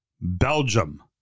Belgium